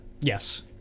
Yes